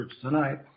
tonight